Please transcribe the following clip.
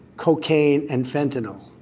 cocaine and fentanyl.